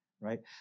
right